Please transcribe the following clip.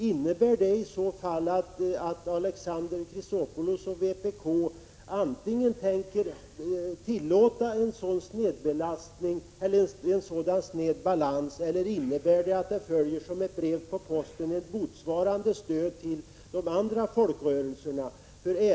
Innebär det i så fall att Alexander Chrisopoulos och vpk antingen vill tillåta en sådan sned balans eller innebär det att ett motsvarande stöd till de andra folkrörelserna följer som ett brev på posten?